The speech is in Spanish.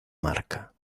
marca